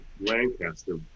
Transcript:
Lancaster